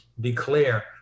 declare